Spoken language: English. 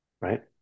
Right